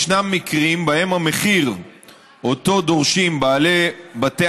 ישנם מקרים שבהם המחיר שדורשים בעלי בתי